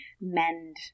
mend